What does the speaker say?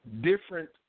different